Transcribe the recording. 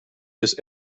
this